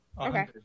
Okay